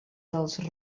dels